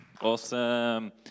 Awesome